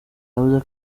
yavuze